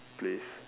place